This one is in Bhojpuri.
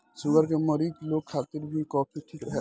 शुगर के मरीज लोग खातिर भी कॉफ़ी ठीक रहेला